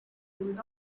built